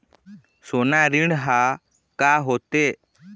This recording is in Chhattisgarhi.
सोना ऋण हा का होते?